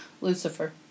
Lucifer